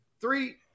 three